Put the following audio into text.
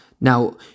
now